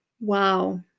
wow